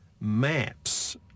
maps